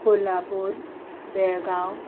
Kolhapur Belgaum